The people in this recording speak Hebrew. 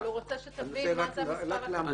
אבל הוא רוצה שתבין מה זה המספר הקטן.